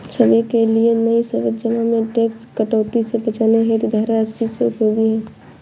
सभी के लिए नई सावधि जमा में टैक्स कटौती से बचने हेतु धारा अस्सी सी उपयोगी है